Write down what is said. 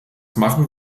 machen